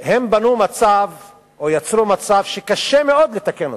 הם יצרו מצב שקשה מאוד לתקן אותו,